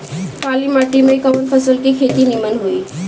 काली माटी में कवन फसल के खेती नीमन होई?